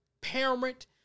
parent